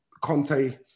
Conte